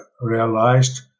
realized